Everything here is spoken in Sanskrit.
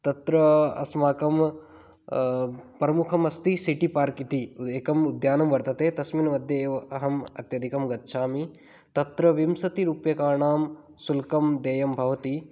तत्र अस्माकं प्रमुखम् अस्ति सिटी पार्क् इति एकम् उद्यानम् वर्तते तस्मिन् मध्ये एव अहम् अत्यधिकं गच्छामि तत्र विंशति रूप्यकाणां शुल्कं देयं भवति